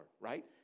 right